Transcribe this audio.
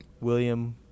William